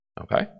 Okay